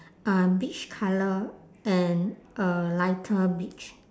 a beige colour and a lighter beige